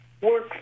work